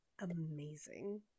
amazing